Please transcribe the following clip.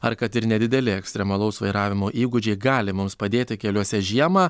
ar kad ir nedideli ekstremalaus vairavimo įgūdžiai gali mums padėti keliuose žiemą